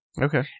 okay